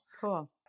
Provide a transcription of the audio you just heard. Cool